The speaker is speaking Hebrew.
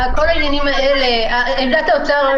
עמדת האוצר,